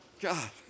God